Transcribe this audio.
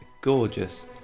gorgeous